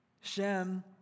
Shem